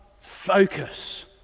focus